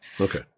okay